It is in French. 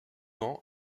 ans